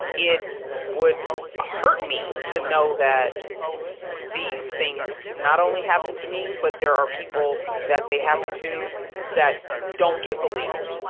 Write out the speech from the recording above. it would hurt me to know that these things not only happened to me, but there are people that they happened to that don't get believed.